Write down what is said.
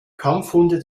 kampfhunde